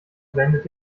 blendet